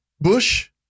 bush